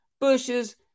bushes